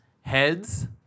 heads